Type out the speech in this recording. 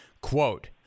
quote